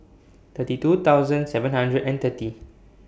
thirty two thousand seven hundred and thirty